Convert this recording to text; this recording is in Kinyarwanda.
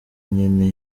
nyene